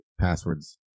passwords